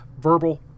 verbal